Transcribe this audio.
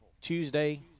Tuesday